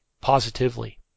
positively